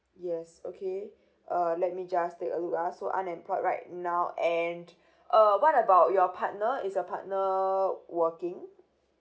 yes okay uh let me just take a look ah so unemployed right now and uh what about your partner is your partner working